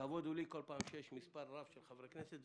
הכבוד הוא לי כל פעם שיש מספר רב של חברי כנסת.